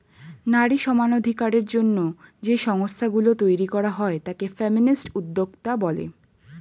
নারী সমানাধিকারের জন্য যে সংস্থা গুলো তৈরী করা হয় তাকে ফেমিনিস্ট উদ্যোক্তা বলে